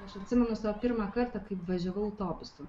aš atsimenu savo pirmą kartą kai važiavau autobusu